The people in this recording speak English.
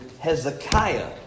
Hezekiah